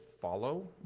follow